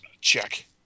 check